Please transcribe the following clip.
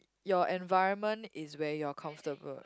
your environment is where you're comfortable